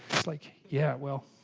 like yeah, well